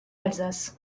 alsace